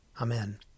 Amen